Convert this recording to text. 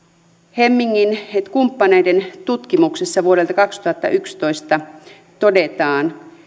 hemmingin kumppaneiden tutkimuksessa vuodelta kaksituhattayksitoista todetaan